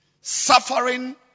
Suffering